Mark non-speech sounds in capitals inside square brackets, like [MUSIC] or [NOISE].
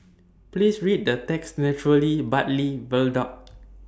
Please Read The texture [UNINTELLIGIBLE] truly Bartley Viaduct